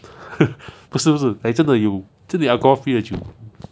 不是不是 eh 真的有 alcohol free 的酒